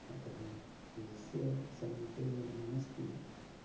अतः यस्य समीपे यन्नास्ति